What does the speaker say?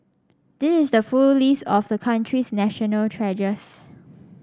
this is the full list of the country's national treasures